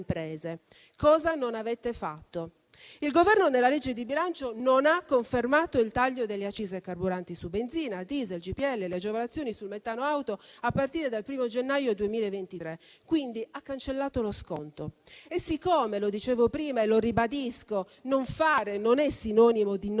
cosa non avete fatto. Il Governo, nella legge di bilancio, non ha confermato il taglio delle accise carburanti su benzina, diesel, GPL, le agevolazioni sul metano auto a partire dal 1° gennaio 2023, quindi ha cancellato lo sconto e siccome - lo dicevo prima e lo ribadisco - non fare non è sinonimo di non